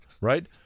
right